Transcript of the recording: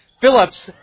Phillips